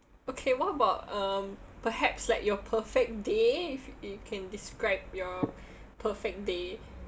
okay what about um perhaps like your perfect day if you can describe your perfect day